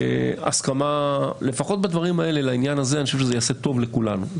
אני חושב שהסכמה לפחות בדברים האלה לעניין הזה תעשה טוב לכולנו.